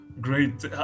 Great